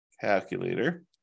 Calculator